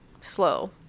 slow